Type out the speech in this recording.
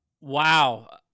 Wow